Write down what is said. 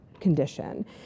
condition